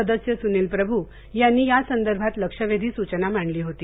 सदस्य सुनील प्रभू यांनी या संदर्भात लक्षबेधी सूचना मांडली होती